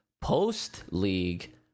post-league